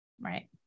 right